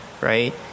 right